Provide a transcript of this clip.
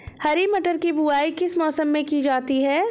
हरी मटर की बुवाई किस मौसम में की जाती है?